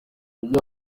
ibyo